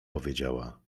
powiedziała